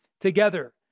together